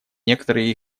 некоторые